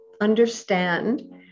understand